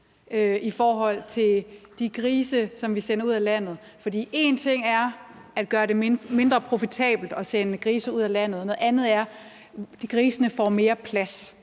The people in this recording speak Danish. i forhold til de grise, vi sender ud af landet. For én ting er at gøre det mindre profitabelt at sende grise ud af landet; noget andet er, at grisene får mere plads,